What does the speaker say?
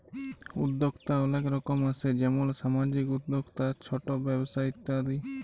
উদ্যক্তা অলেক রকম আসে যেমল সামাজিক উদ্যক্তা, ছট ব্যবসা ইত্যাদি